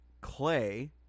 clay